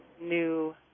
new